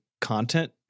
content